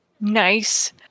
nice